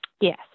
Yes